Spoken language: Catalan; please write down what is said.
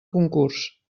concurs